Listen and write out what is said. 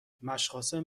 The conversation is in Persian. مشقاسم